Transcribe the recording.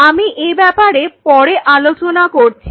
আমি এ ব্যাপারে পরে আলোচনা করছি